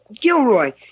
Gilroy